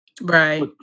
Right